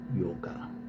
yoga